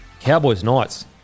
Cowboys-Knights